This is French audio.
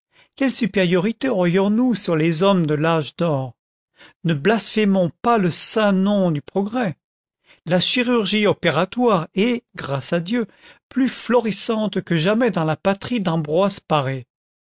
quelle supériorité aurions-nous sur les hommes de l'âge d'or ne blasphémons pas le saint nom du progrès la chirurgie opératoire est grâce à dieu plus florissante que jamais dans la patrie d'ambroise paré